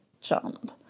jump